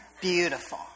Beautiful